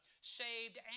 Saved